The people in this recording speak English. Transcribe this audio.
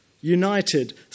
united